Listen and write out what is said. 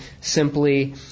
simply